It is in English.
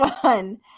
one